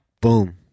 Boom